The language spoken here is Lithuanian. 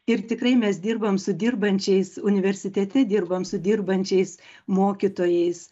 ir tikrai mes dirbam su dirbančiais universitete dirbam su dirbančiais mokytojais